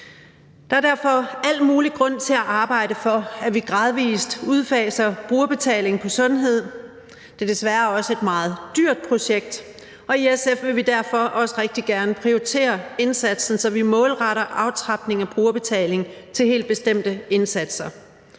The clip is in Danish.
Der er derfor al mulig grund til at arbejde for, at vi gradvis udfaser brugerbetaling på sundhed. Det er desværre også et meget dyrt projekt, og i SF vil vi derfor også meget gerne prioritere indsatsen, så vi målretter aftrapning af brugerbetaling til helt bestemte indsatser.